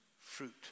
fruit